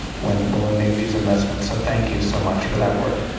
when when we make these investments, so thank you so much for that work.